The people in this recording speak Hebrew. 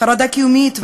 חרדה קיומית,